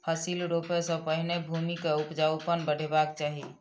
फसिल रोपअ सॅ पहिने भूमि के उपजाऊपन बढ़ेबाक चाही